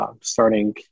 Starting